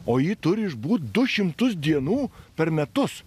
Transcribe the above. o ji turi išbūt du šimtus dienų per metus